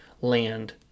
land